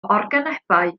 organebau